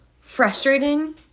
frustrating